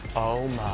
oh?